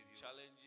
challenges